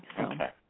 Okay